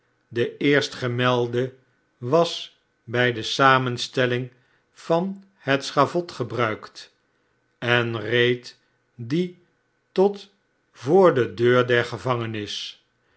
de eerstgemelde was bij de samenstelling van het schavot gebruikt r en reed die tot voor de deur der gevangenis